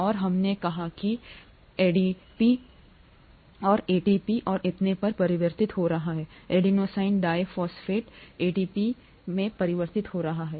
और हमने कहा कि एडीपी एटीपी और इतने पर परिवर्तित हो रहा है एडेनोसिन डिपॉस्फेट एटीपी में परिवर्तित हो रहा है